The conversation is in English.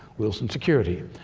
wilson security,